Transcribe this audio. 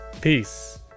peace